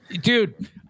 Dude